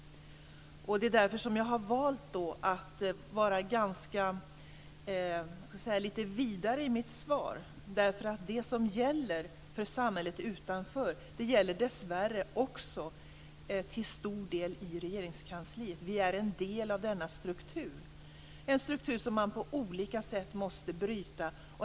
Det är därför som jag har valt att vara lite vidare i mitt svar. Det som gäller i samhället utanför gäller dessvärre också till stor del i Regeringskansliet. Vi är en del av denna struktur. Det är en struktur som man på olika sätt måste bryta.